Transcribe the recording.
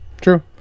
true